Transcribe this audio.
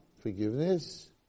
forgiveness